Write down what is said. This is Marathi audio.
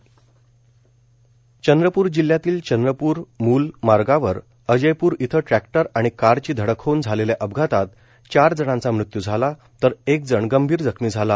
अपघात चंद्रपूर जिल्ह्यातील चंद्रपूर मूल मार्गावर अजयपूर इथं ट्रॅक्टर आणि कारची धडक होऊन झालेल्या अपघातात चार जणांचा मृत्यू झाला तर एक जण गंभीर जखमी झाला